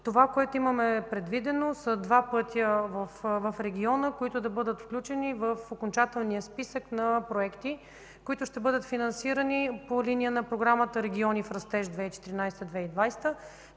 това, което имаме предвидено, са два пътя в региона, които да бъдат включени в окончателния списък на проекти, които ще бъдат финансирани по линия на Програмата „Региони в растеж 2014 – 2020